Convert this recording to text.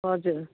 हजुर